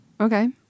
Okay